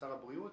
לשר הבריאות.